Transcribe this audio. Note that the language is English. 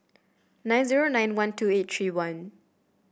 nine zero nine one two eight three one